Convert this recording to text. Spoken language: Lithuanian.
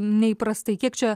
nei įprastai kiek čia